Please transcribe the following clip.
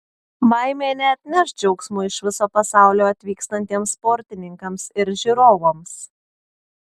baimė neatneš džiaugsmo iš viso pasaulio atvykstantiems sportininkams ir žiūrovams